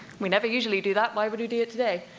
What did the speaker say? we never usually do that, why would we do it today?